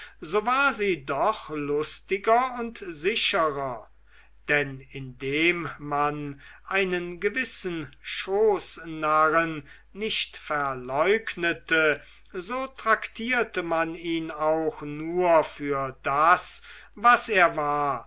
so war sie doch lustiger und sicherer denn indem man einen gewissen schoßnarren nicht verleugnete so traktierte man ihn auch nur für das was er war